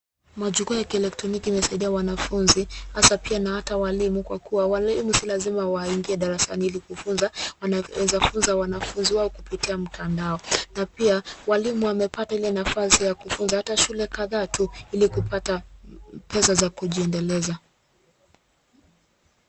Majukwa ya kielektroniki imesaidia wanafunzi, hasa pia na hata walimu, kwa kuwa walimu si lazima waingie darasani ili kufunza, wanaweza funza wanafunzi wao kupitia mtandao. Na pia walimu wamepata ile nafasi ya kufunza hata shule kadhaa tu, ili kupata pesa za kujiendeleza.